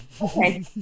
Okay